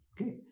okay